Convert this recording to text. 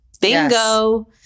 bingo